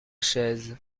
chaises